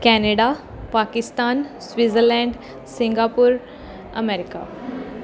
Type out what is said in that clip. Canada Pakistan Switzerland Singapore America